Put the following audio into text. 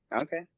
Okay